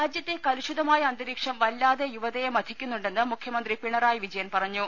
രാജ്യത്തെ കലുഷിതമായ അന്തരീക്ഷം വല്ലാതെ യുവതയെ മഥിക്കുന്നുണ്ടെന്ന് മുഖൃമന്ത്രി പിണറായി വിജയൻ പറഞ്ഞു